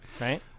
right